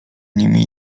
nimi